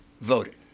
voted